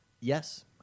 Yes